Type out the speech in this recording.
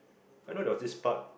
I know there was this part